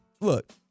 look